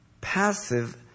passive